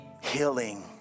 healing